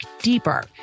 deeper